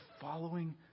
following